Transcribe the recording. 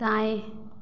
दाएँ